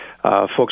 Folks